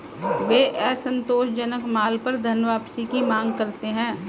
वे असंतोषजनक माल पर धनवापसी की मांग करते हैं